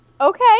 Okay